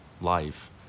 life